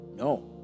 no